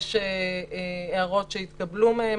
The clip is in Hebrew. יש הערות שהתקבלו מהם,